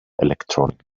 electronic